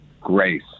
grace